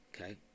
okay